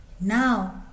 Now